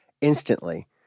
instantly